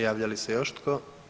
Javlja li se još tko?